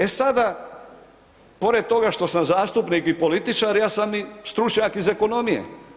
E sada, pored toga što sam zastupnik i političar ja sam i stručnjak iz ekonomije.